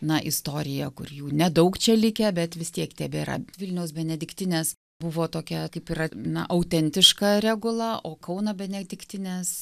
na istorija kur jų nedaug čia likę bet vis tiek tebėra vilniaus benediktinės buvo tokia kaip yra na autentiška regula o kauno benediktinės